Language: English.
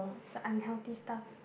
the unhealthy stuff